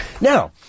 Now